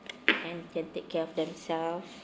and can take care of themselves